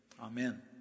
Amen